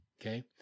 Okay